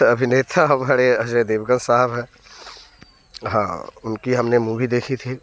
अभिनेता हमारे अजय देवगन साहब हैं हाँ उनकी हम ने मूवी देखी थी